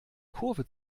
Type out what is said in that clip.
kurve